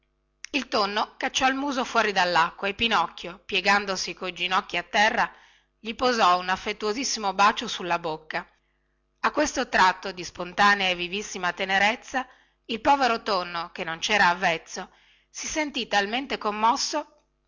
il tonno cacciò il muso fuori dallacqua e pinocchio piegandosi coi ginocchi a terra gli posò un affettuosissimo bacio sulla bocca a questo tratto di spontanea e vivissima tenerezza il povero tonno che non cera avvezzo si sentì talmente commosso